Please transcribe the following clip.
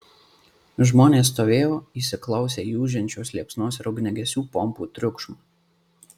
žmonės stovėjo įsiklausę į ūžiančios liepsnos ir ugniagesių pompų triukšmą